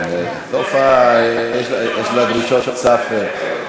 לסופה יש דרישות סף,